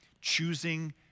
choosing